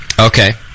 Okay